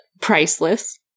priceless